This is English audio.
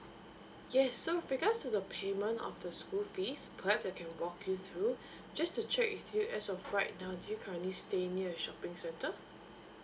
yes so because it's the payment of the school fees perhaps I can walk you through just to check with you as of right now do you currently stay near a shopping centre